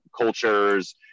cultures